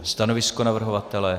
Stanovisko navrhovatele?